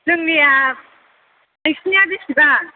जोंनिया नोंसिनिया बिसिबां